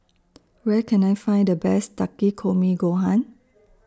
Where Can I Find The Best Takikomi Gohan